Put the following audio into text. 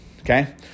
okay